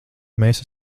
mēs